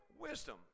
Wisdom